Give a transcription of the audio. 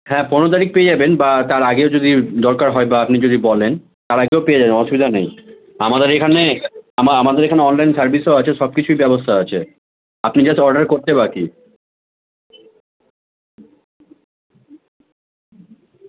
হ্যাঁ পনেরো তারিখ পেয়ে যাবেন বা তার আগেও যদি দরকার হয় বা আপনি যদি বলেন তার আগেও পেয়ে যাবেন অসুবিধা নেই আমাদের এখানে আমাদের এখানে অনলাইন সার্ভিসও আছে সব কিছুই ব্যবস্থা আছে আপনি জাস্ট অর্ডার করতে বাকি